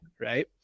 right